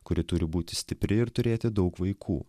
kuri turi būti stipri ir turėti daug vaikų